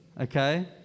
Okay